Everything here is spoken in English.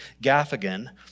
Gaffigan